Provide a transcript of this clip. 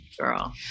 Girl